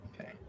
Okay